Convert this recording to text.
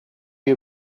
you